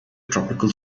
tropical